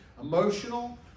emotional